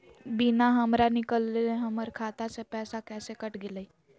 बिना हमरा निकालले, हमर खाता से पैसा कैसे कट गेलई?